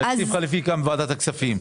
תקציב חליפי כאן בוועדת הכספים.